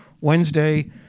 Wednesday